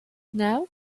now